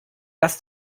dass